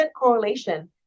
correlation